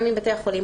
גם מבתי החולים,